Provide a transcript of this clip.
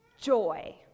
joy